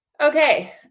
Okay